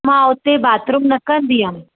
मां उते बाथरूम न कंदी हुअमि